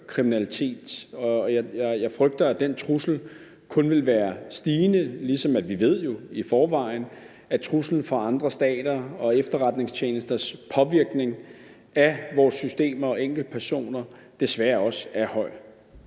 jeg frygter, at den trussel kun vil være stigende, ligesom vi jo i forvejen ved, at truslen om andre staters og efterretningstjenesternes påvirkning af vores systemer og enkeltpersoner desværre også er høj.